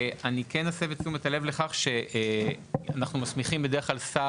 אני כן אסב את תשומת הלב לכך שאנחנו מסמיכים שר,